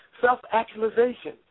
self-actualization